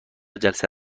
جلسه